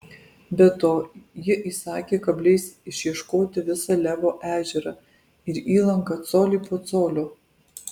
be to ji įsakė kabliais išieškoti visą levo ežerą ir įlanką colį po colio